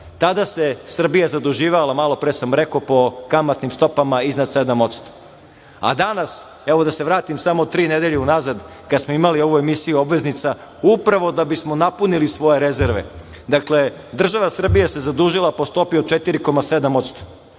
tada se Srbija zaduživala malo pre sam rekao po kamatnim stopama iznad sedam posto.A danas, evo da se vratim samo tri nedelje unazad kada smo imali ovu emisiju obveznica upravo da bismo napunili svoje rezerve. Dakle, država Srbija se zadužila po stopi od 4,7%